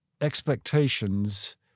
expectations